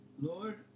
Lord